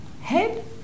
Head